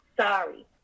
sorry